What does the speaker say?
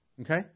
Okay